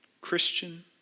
Christian